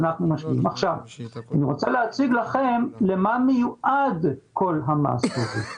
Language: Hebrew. אני רוצה להציג לכם למה מיועד כל המס הזה.